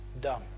dumb